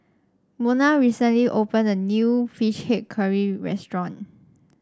Monna recently opened a new fish head curry restaurant